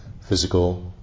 physical